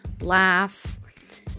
Laugh